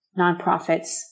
nonprofits